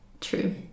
True